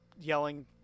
yelling